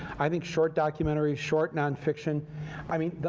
i think short documentaries, short nonfiction i mean,